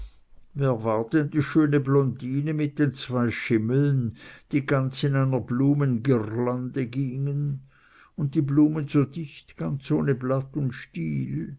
wer war denn die schöne blondine mit den zwei schimmeln die ganz in einer blumengirrlande gingen und die blumen so dicht ganz ohne blatt und